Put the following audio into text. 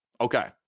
Okay